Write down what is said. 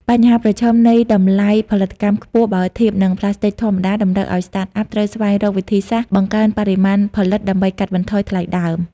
បញ្ហាប្រឈមនៃតម្លៃផលិតកម្មខ្ពស់បើធៀបនឹងប្លាស្ទិកធម្មតា តម្រូវឱ្យ Startup ត្រូវស្វែងរកវិធីសាស្ត្របង្កើនបរិមាណផលិត ដើម្បីកាត់បន្ថយថ្លៃដើម។